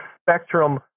spectrum